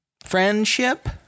Friendship